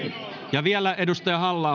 vielä edustaja halla